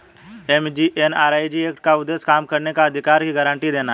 MGNREG act का उद्देश्य काम करने के अधिकार की गारंटी देना है